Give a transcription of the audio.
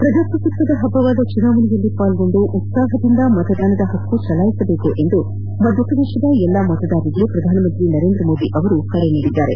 ಪ್ರಜಾಪ್ರಭುತ್ವದ ಹಬ್ಲವಾದ ಚುನಾವಣೆಯಲ್ಲಿ ಪಾಲ್ಗೊಂಡು ಉತ್ಸಾಹದಿಂದ ಮತದಾನದ ಹಕ್ಕು ಚಲಾಯಿಸುವಂತೆ ಮಧ್ಯಪ್ರದೇಶದ ಎಲ್ಲಾ ಮತದಾರರಿಗೆ ಪ್ರಧಾನಮಂತ್ರಿ ನರೇಂದ್ರ ಮೋದಿ ಕರೆ ನೀಡಿದ್ದಾರೆ